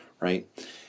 right